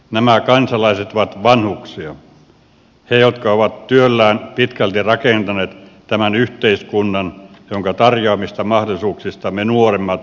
nämä kansalaiset ovat vanhuksia heitä jotka ovat työllään pitkälti rakentaneet tämän yhteiskunnan jonka tarjoamista mahdollisuuksista me nuoremmat saamme nauttia